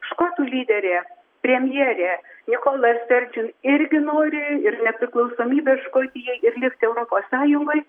škotų lyderė premjerė nikola sterdžin irgi nori ir nepriklausomybės škotijai ir likt europos sąjungoj